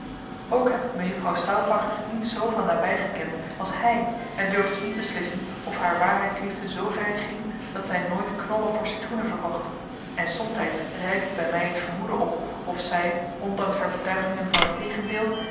ook heb ik mejuffrouw stauffacher niet zoo van nabij gekend als hij en durf dus niet beslissen of haar waarheidsliefde zooverre ging dat zij nooit knollen voor citroenen verkocht en somtijds rijst bij mij het vermoeden op of zij ondanks haar betuigingen van het tegendeel